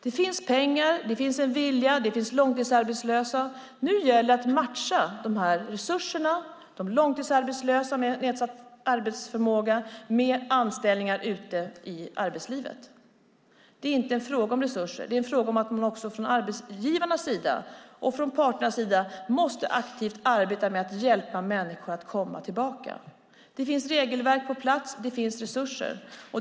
Det finns pengar, det finns en vilja och det finns långtidsarbetslösa. Nu gäller det att matcha de här resurserna och de långtidsarbetslösa med nedsatt arbetsförmåga med anställningar ute i arbetslivet. Det är inte en fråga om resurser; det är en fråga om att man också från arbetsgivarnas och parternas sida måste arbeta aktivt med att hjälpa människor att komma tillbaka. Det finns regelverk på plats, och det finns resurser.